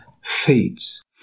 fades